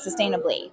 sustainably